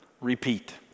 repeat